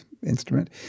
instrument